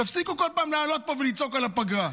תפסיקו כל פעם לעלות פה ולצעוק על הפגרה.